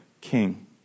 King